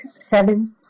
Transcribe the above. seven